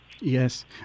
Yes